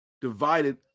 divided